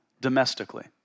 domestically